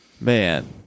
man